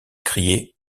criait